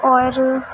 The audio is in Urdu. اور